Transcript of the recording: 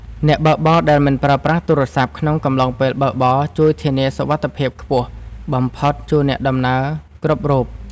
អ្នកបើកបរដែលមិនប្រើប្រាស់ទូរស័ព្ទក្នុងកំឡុងពេលបើកបរជួយធានាសុវត្ថិភាពខ្ពស់បំផុតជូនអ្នកដំណើរគ្រប់រូប។